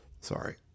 Sorry